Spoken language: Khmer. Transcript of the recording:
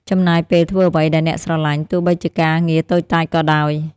ចំណាយពេលធ្វើអ្វីដែលអ្នកស្រឡាញ់ ទោះបីជាការងារតូចតាចក៏ដោយ។